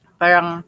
parang